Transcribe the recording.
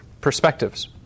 perspectives